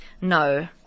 No